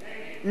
נגד